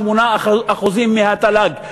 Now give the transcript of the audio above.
7% 8% מהתל"ג.